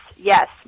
Yes